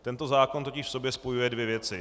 Tento zákon totiž v sobě spojuje dvě věci.